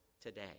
today